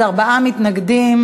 מתנגד אחד.